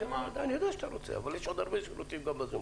אני אתן לך אבל יש עוד הרבה שרוצים להתייחס ב-זום.